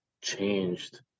changed